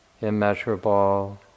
immeasurable